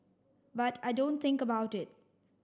but I don't think about it